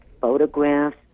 photographs